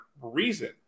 reason